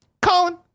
Colin